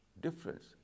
difference